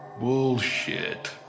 Bullshit